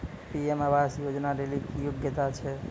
PM आवास योजना लेली की योग्यता छै?